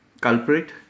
culprit